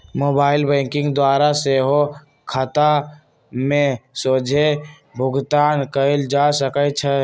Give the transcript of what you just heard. mobile banking द्वारा सेहो खता में सोझे भुगतान कयल जा सकइ छै